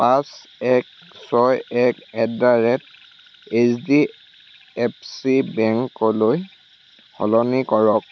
পাঁচ এক ছয় এক এট দ্য় ৰেট এইচডিএফচি বেংকলৈ সলনি কৰক